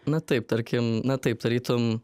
na taip tarkim na taip tarytum